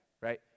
right